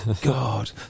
God